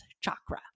chakra